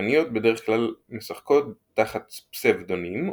השחקניות בדרך כלל משחקות תחת פסבדונימים,